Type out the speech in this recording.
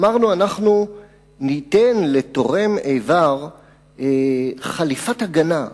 אמרנו: אנחנו ניתן לתורם איבר חליפת הגנה,